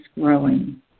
growing